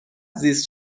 زیست